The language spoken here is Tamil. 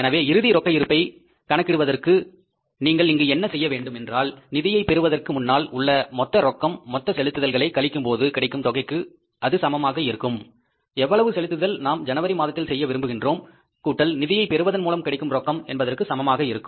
எனவே இறுதி ரொக்க இருப்பை கணக்கிடுவதற்கு நீங்கள் இங்கு என்ன செய்ய வேண்டும் என்றால் நிதியை பெறுவதற்கு முன்னால் உள்ள மொத்த ரொக்கம் மொத்த செலுத்துதல்களை கழிக்கும்போது கிடைக்கும் தொகைக்கு சமமாக இருக்கும் எவ்வளவு செலுத்துதல் நாம் ஜனவரி மாதத்தில் செய்ய விரும்புகின்றோம் கூட்டல் நிதியை பெறுவதன் மூலம் கிடைக்கும் ரொக்கம் என்பதற்கும் சமமாக இருக்கும்